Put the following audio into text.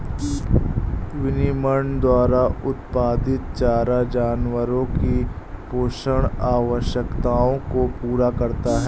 विनिर्माण द्वारा उत्पादित चारा जानवरों की पोषण आवश्यकताओं को पूरा करता है